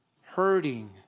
hurting